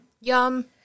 Yum